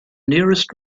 nearest